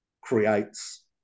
creates